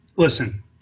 listen